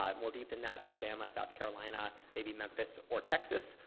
um more deep than that, alabama, south carolina, maybe memphis or texas.